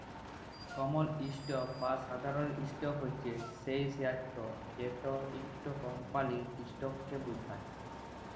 কমল stock বা সাধারল stock হছে সেই শেয়ারট যেট ইকট কমপালির ইসটককে বুঝায়